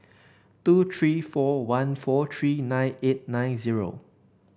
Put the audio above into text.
two three four one four three nine eight nine zero